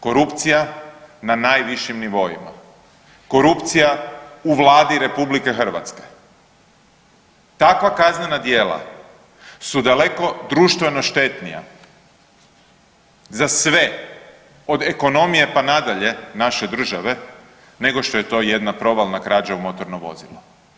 Korupcija na najvišim nivoima, korupcija u Vladi RH, takva kaznena djela su daleko društveno štetnija za sve od ekonomije pa nadalje naše države nego što je to jedna provalna krađa u motorno vozilo.